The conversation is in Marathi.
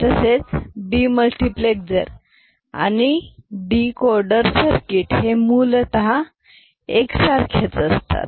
तसेच डीमल्टीप्लेक्सर आणि डीकोडर सर्किट मूलतः सारखेच असतात